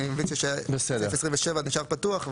אני מבין שסעיף 27 נשאר פתוח,